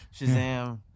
Shazam